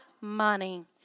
money